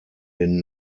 den